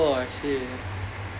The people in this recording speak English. oh I see